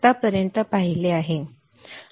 हे पर्यंत आपण पाहिले आहे